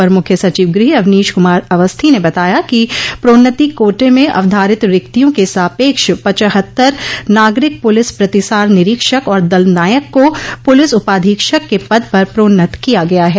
अपर मुख्य सचिव गृह अवनीश कुमार अवस्थी ने बताया कि प्रोन्नति कोटे में अवधारित रिक्तियों के सापक्ष पचहत्तर नागरिक पुलिस प्रतिसार निरीक्षक और दल नायक को पुलिस उपाधीक्षक के पद पर प्रोन्नत किया गया है